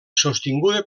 sostinguda